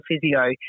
physio